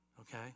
Okay